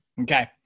Okay